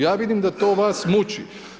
Ja vidim da to vas muči.